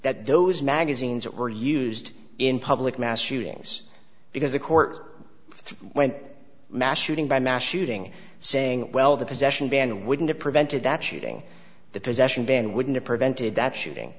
that those magazines were used in public mass shootings because the court when mass shooting by mass shooting saying well the possession ban wouldn't have prevented that shooting the possession ban wouldn't prevented that shooting